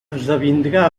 esdevindrà